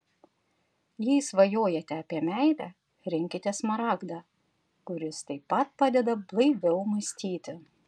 jei svajojate apie meilę rinkitės smaragdą kuris taip pat padeda blaiviau mąstyti